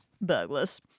burglars